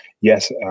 yes